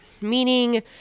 Meaning